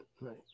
right